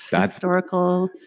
historical